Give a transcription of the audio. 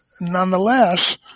nonetheless